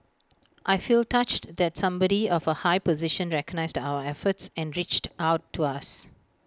I feel touched that somebody of A high position recognised our efforts and reached out to us